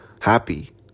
happy